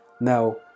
now